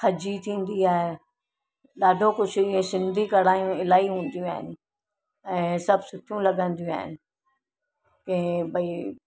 खॼी थींदी आहे ॾाढो कुझु हीअं सिंधी कढ़ाइयूं इलाही हूंदियूं आहिनि ऐं सभु सुठियूं लॻंदियूं आहिनि कीअं भई